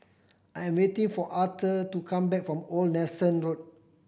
I am waiting for Auther to come back from Old Nelson Road